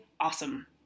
awesome